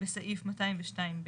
בסעיף 202ב'".